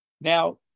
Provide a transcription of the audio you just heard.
Now